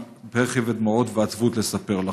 דמעות ועצבות לספר לכם.